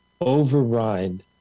override